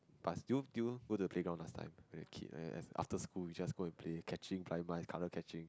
but still still go to the playground last time as a kid like after school we just go and play play catching blind mice color catching